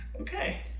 okay